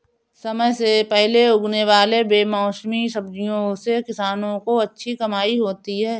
समय से पहले उगने वाले बेमौसमी सब्जियों से किसानों की अच्छी कमाई होती है